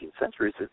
centuries